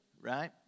right